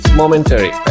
momentary